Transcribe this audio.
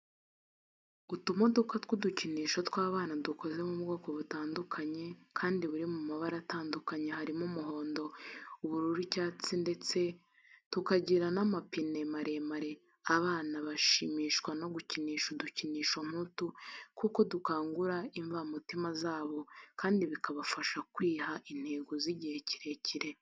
Utumodoka tw'udukinisho tw'abana dukoze mu bwoko butandukanye kandi buri mu mabara atandukanye, harimo umuhondo, ubururu, icyatsi ndetse tukagira n'amapine maremare. Abana bashimishwa no gukinisha udukinisho nk'utu kuko dukangura imbamutima zabo kandi bikabafasha kwiha intego z'igihe kirekire.